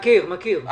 מכיר, מכיר.